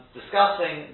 discussing